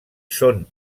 són